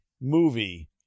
movie